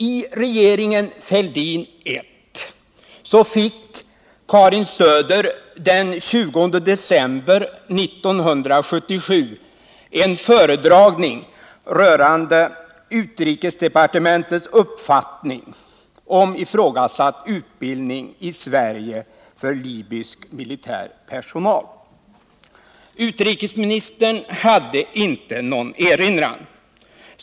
I regeringen Fälldin I fick utrikesministern Karin Söder den 20 december 1977 en föredragning rörande utrikesdepartementets uppfattning om ifrågasatt utbildning i Sverige för libysk militär personal. Utrikesministern hade inte någon erinran.